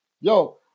Yo